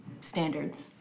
standards